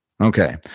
Okay